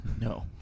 No